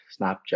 Snapchat